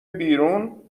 بیرون